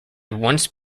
once